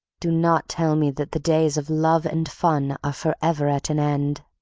do not tell me that the days of love and fun are forever at an end!